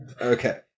Okay